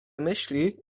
myśli